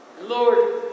Lord